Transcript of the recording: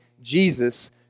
Jesus